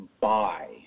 buy